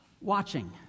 watching